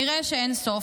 נראה שאין-סוף".